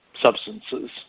substances